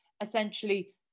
essentially